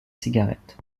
cigarette